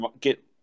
get